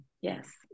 Yes